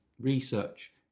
research